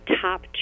top